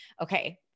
okay